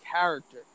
character